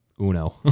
Uno